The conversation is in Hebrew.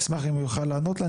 אשמח אם הוא יוכל לענות לה.